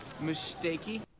mistakey